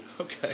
Okay